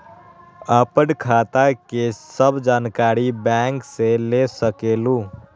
आपन खाता के सब जानकारी बैंक से ले सकेलु?